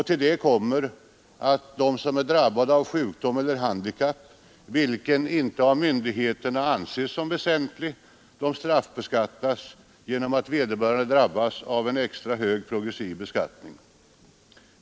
Till detta kommer att de som är drabbade av sjukdom eller handikapp som ej av myndigheterna anses föranleda väsentligen nedsatt skatteförmåga straffbeskattas genom att vederbörande drabbas av en extra hög progressiv beskattning.